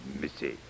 Missy